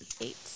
Eight